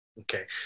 okay